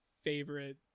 favorite